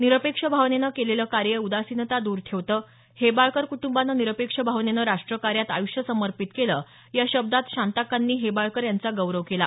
निरपेक्ष भावनेने केलेलं कार्य उदासीनता द्र ठेवतं हेबाळकर कुट्टबाने निरपेक्ष भावनेनं राष्ट्रकार्यात आयुष्य समर्पित केलं या शब्दांत शांताक्कांनी हेबाळकर यांचा गौरव केला